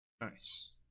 Nice